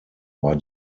war